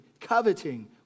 coveting